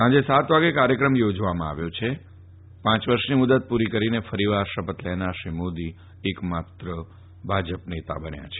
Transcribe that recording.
સાંજે સાત વાગે કાર્યક્રમ યોજવામાં આવ્યો છે પાંચ વર્ષની મુદ્દત પૂરી કરીને ફરીવાર શપથ લેનાર શ્રી મોદી એક માત્ર ભાજપ નેતા બન્યા છે